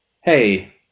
hey